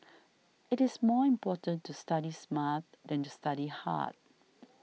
it is more important to study smart than to study hard